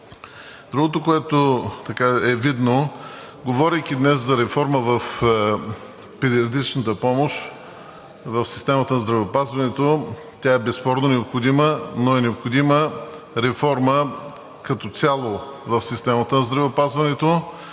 Другото, което е видно – говорейки днес за реформа в педиатричната помощ в системата на здравеопазването, тя е безспорно необходима, но е необходима реформа като цяло в системата на здравеопазването.